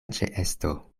ĉeesto